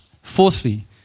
Fourthly